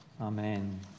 amen